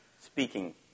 speaking